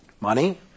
Money